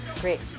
Great